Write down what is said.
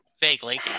Vaguely